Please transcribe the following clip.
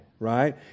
right